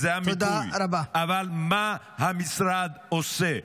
בסדר, זה המיפוי, אבל מה המשרד עושה?